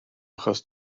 achos